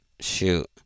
Shoot